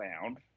found